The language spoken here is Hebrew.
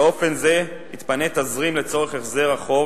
באופן הזה יתפנה תזרים לצורך החזר החוב